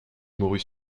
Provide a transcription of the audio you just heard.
mourut